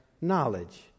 knowledge